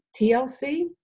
TLC